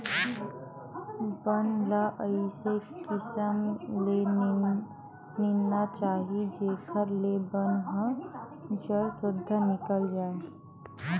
बन ल अइसे किसम ले निंदना चाही जेखर ले बन ह जर सुद्धा निकल जाए